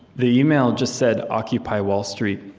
the email just said, occupy wall street.